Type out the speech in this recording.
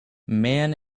man